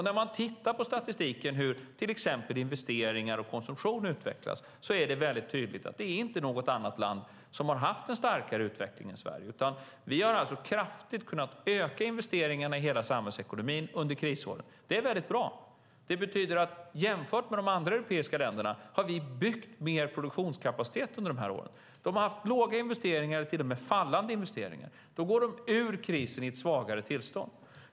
När man ser på statistiken över hur till exempel investeringar och konsumtion utvecklas framgår det väldigt tydligt att det inte är något annat land som har haft en starkare utveckling än Sverige. Vi har kraftigt kunnat öka investeringarna i hela samhällsekonomin under krisåren. Det är väldigt bra. Det betyder att jämfört med de andra europeiska länderna har vi byggt mer produktionskapacitet under de här åren. De andra länderna har haft låga investeringar eller till och med fallande investeringar. Då går de ur krisen i ett svagare tillstånd.